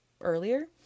earlier